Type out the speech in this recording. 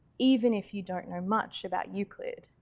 even if you don't know much about euclid,